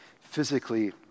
physically